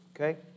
okay